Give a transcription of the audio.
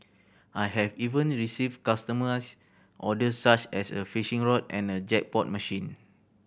I have even received customised orders such as a fishing rod and a jackpot machine